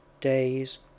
days